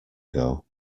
ago